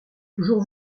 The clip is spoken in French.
toujours